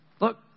Look